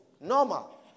Normal